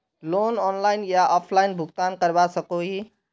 Loan online या offline भुगतान करवा सकोहो ही?